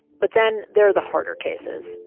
but then there are the harder cases,